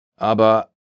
Aber